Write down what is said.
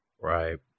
Right